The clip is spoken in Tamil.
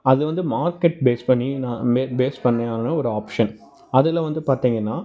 அது வந்து மார்கெட் பேஸ் பண்ணி நான் பே பேஸ் பண்ணி ஒரு ஆப்ஷன் அதுல வந்து பார்த்தீங்கன்னா